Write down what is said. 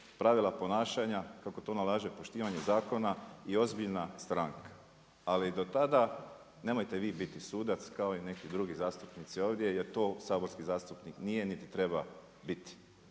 pravila ponašanja, kako to nalaže poštivanje zakona i ozbiljna stranka. Ali do tada, nemojte vi biti sudac kao i neki drugi zastupnici ovdje jer to saborski zastupnik nije niti treba bit.